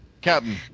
Captain